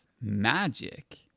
Magic